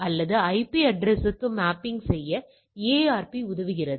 இது ஒரு அட்டவணையில் உள்ள மாறிகளுக்கு இடையேயான தொடர்பையும் பார்க்கிறது